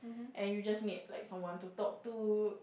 and you just need like someone to talk to